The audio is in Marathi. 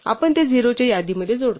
आपण ते 0 च्या यादीमध्ये जोडतो